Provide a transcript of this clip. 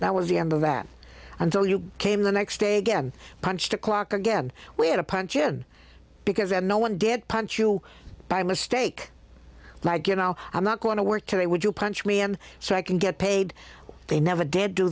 that was the end of that until you came the next day again punched a clock again we had a punch in because and no one get punched you by mistake like you know i'm not going to work today would you punch me and so i can get paid they never did do